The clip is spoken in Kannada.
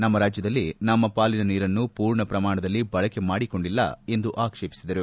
ನಮ್ಮ ರಾಜ್ಯದಲ್ಲಿ ನಮ್ಮ ಪಾಲಿನ ನೀರನ್ನು ಪೂರ್ಣ ಪ್ರಮಾಣದಲ್ಲಿ ಬಳಕೆ ಮಾಡಿಕೊಂಡಿಲ್ಲ ಎಂದು ಆಕ್ಷೇಪಿಸಿದರು